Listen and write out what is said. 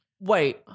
Wait